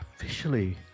officially